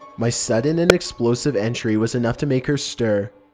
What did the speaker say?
my sudden and explosive entry was enough to make her stir.